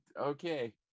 okay